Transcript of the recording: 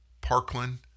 Parkland